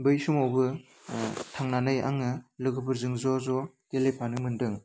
बै समावबो थांनानै आङो लोगोफोरजों ज' ज' गेलेफानो मोन्दों